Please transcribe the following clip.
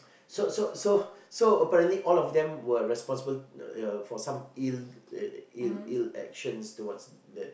so so so so apparently all of them were responsible you know for some ill uh ill ill actions towards that